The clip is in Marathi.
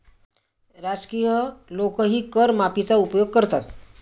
राजकीय लोकही कर माफीचा उपयोग करतात